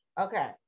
Okay